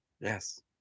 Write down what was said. yes